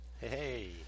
Hey